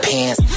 Pants